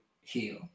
heal